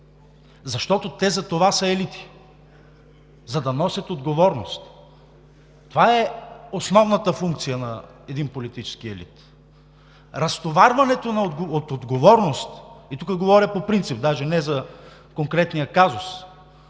защото те затова са елити – за да носят отговорност. Това е основната функция на един политически елит. Разтоварването от отговорност – и тук говоря по принцип, даже не за конкретния казус